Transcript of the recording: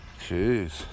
Jeez